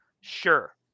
Sure